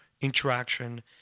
interaction